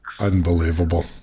Unbelievable